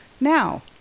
Now